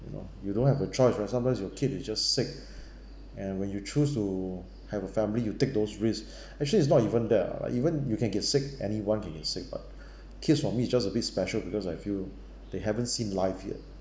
you know you don't have a choice right sometimes your kid is just sick and when you choose to have a family you take those risk actually it's not even that ah like even you can get sick anyone can get sick [what] kids for me is just a bit special because I feel they haven't seen life yet